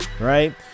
right